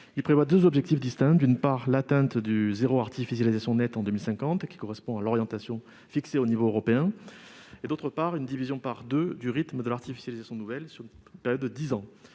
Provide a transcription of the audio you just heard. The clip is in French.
Il prévoit deux objectifs distincts : d'une part, l'atteinte du « zéro artificialisation nette » en 2050, qui correspond à l'orientation fixée au niveau européen, et, d'autre part, une division par deux du rythme de l'artificialisation nouvelle sur une période de dix ans.